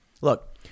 Look